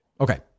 okay